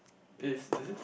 is is it